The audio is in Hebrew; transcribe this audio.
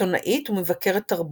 עיתונאית ומבקרת תרבות,